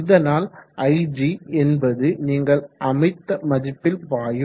இதனால் ig என்பது நீங்கள் அமைத்த மதிப்பில் பாயும்